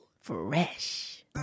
Fresh